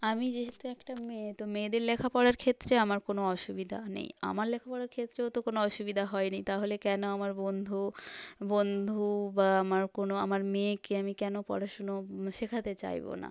আমি যেহেতু একটা মেয়ে তো মেয়েদের লেখাপড়ার ক্ষেত্রে আমার কোনও অসুবিধা নেই আমার লেখাপড়ার ক্ষেত্রেও তো কোনও অসুবিধা হয়নি তাহলে কেন আমার বন্ধু বন্ধু বা আমার কোনও আমার মেয়েকে আমি কেন পড়াশুনো শেখাতে চাইব না